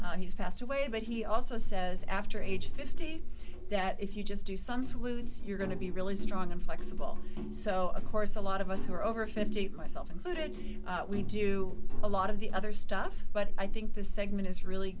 father he's passed away but he also says after age fifty that if you just do some salutes you're going to be really strong and flexible so of course a lot of us who are over fifty eight myself included we do a lot of the other stuff but i think this segment is really